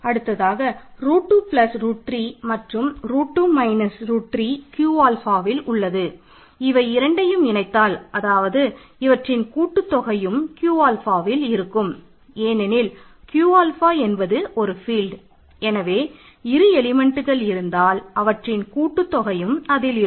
அடுத்ததாக ரூட் இருக்கும்